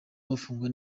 bafungwa